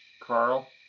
karl.